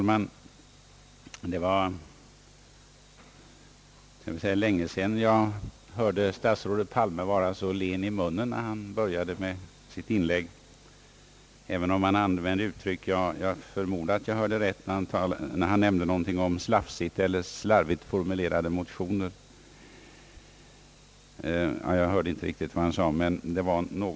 Herr talman! Det var länge sedan jag hörde statsrådet Palme vara så len i munnen som han var i början av sitt inlägg — även om han använde uttryck som hafsigt eller slarvigt formulerade motioner; jag hörde kanske inte riktigt vad han sade.